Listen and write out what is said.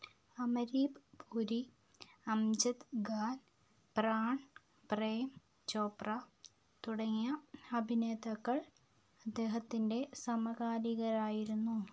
അമരീത് ഗുരി അംജദ് ഖാൻ പ്രാൺ പ്രേം ചോപ്ര തുടങ്ങിയ അഭിനേതാക്കൾ അദ്ദേഹത്തിൻ്റെ സമകാലികരായിരുന്നു